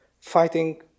fighting